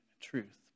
truth